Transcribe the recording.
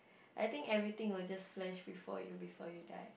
I think everything will just flash before you before you die